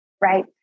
right